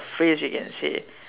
phrase you can say